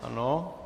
Ano.